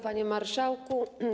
Panie Marszałku!